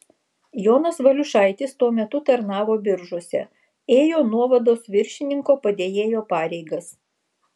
jonas valiušaitis tuo metu tarnavo biržuose ėjo nuovados viršininko padėjėjo pareigas